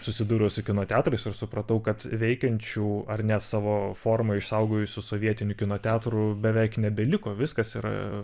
susidūrus su kino teatrais aš supratau kad veikiančių ar ne savo formą išsaugojusių sovietinių kino teatrų beveik nebeliko viskas yra